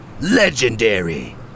legendary